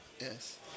Yes